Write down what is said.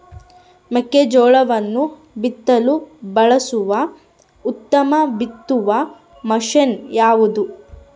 ಮೆಕ್ಕೆಜೋಳವನ್ನು ಬಿತ್ತಲು ಬಳಸುವ ಉತ್ತಮ ಬಿತ್ತುವ ಮಷೇನ್ ಯಾವುದು?